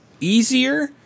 easier